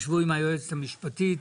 תשבו עם היועצת המשפטית.